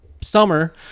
summer